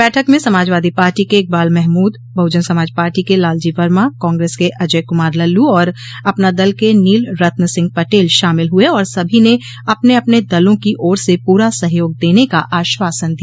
बैठक में समाजवादी पार्टी के इकबाल महमूद बहुजन समाज पार्टी के लालजी वर्मा कांग्रेस के अजय कुमार लल्लू और अपना दल के नील रत्न सिंह पटेल शामिल हुए और सभी ने अपने अपने दलों की ओर से पूरा सहयोग देने का आश्वासन दिया